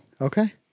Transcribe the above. Okay